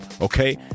okay